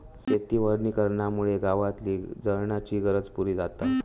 शेती वनीकरणामुळे गावातली जळणाची गरज पुरी जाता